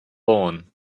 born